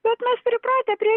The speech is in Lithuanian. bet mes pripratę prie